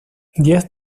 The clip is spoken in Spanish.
diez